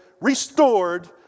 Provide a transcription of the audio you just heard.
restored